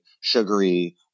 sugary